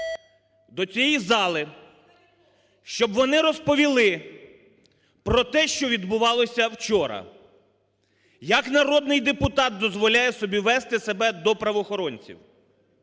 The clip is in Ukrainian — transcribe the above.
до цієї зали, щоб вони розповіли про те, що відбувалося вчора. Як народний депутат дозволяє собі вести себе до правоохоронців?